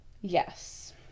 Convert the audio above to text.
Yes